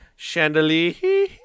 Chandelier